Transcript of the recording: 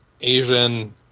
Asian